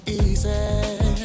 easy